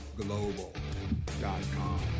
global.com